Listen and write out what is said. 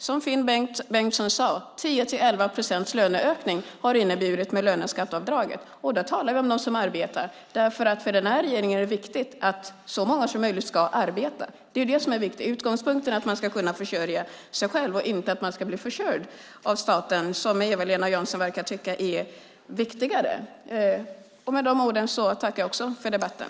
Som Finn Bengtsson sade, har det inneburit 10-11 procents löneökning med löneskatteavdraget. Vi talar då om dem som arbetar. För den här regeringen är det viktigt att så många som möjligt ska arbeta. Det är det viktiga. Utgångspunkten är att man ska kunna försörja sig själv, inte att man ska bli försörjd av staten vilket Eva-Lena Jansson verkar tycka är viktigare. Med de orden tackar jag för debatten.